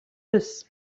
eus